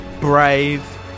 brave